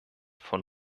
von